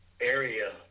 area